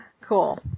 Cool